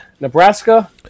Nebraska